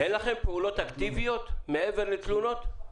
אין לכם פעולות אקטיביות מעבר לתלונות?